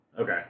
Okay